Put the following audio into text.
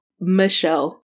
Michelle